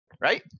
Right